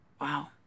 Wow